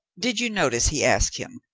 did you notice, he asked him,